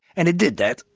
and it did that,